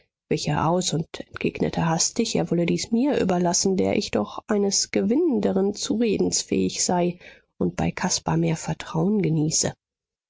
er aus und entgegnete hastig er wolle dies mir überlassen der ich doch eines gewinnenderen zuredens fähig sei und bei caspar mehr vertrauen genieße